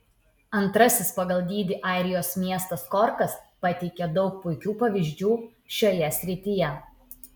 antrasis pagal dydį airijos miestas korkas pateikia daug puikių pavyzdžių šioje srityje